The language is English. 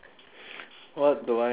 what do I make ah